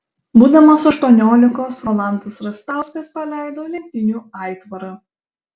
būdamas aštuoniolikos rolandas rastauskas paleido lenktynių aitvarą